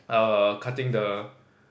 err cutting the